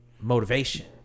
motivation